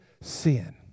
sin